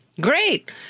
Great